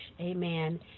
amen